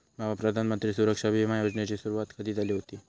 भावा, प्रधानमंत्री सुरक्षा बिमा योजनेची सुरुवात कधी झाली हुती